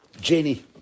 Jenny